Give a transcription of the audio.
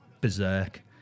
berserk